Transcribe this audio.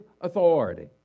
authority